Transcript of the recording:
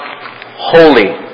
holy